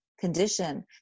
condition